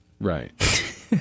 Right